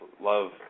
love